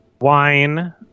Wine